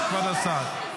כבוד השר.